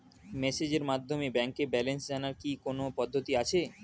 মেসেজের মাধ্যমে ব্যাংকের ব্যালেন্স জানার কি কোন পদ্ধতি আছে?